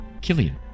Killian